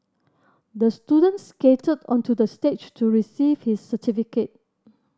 the student skated onto the stage to receive his certificate